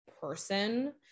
person